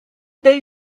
they